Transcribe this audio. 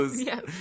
Yes